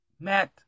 Matt